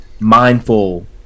mindful